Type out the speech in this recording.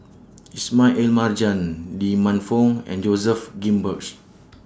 Ismail Marjan Lee Man Fong and Joseph Grimberg